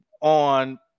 on